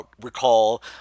recall